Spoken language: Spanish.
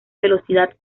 velocidad